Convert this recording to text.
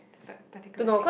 part~ particular thing